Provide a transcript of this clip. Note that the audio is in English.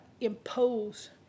impose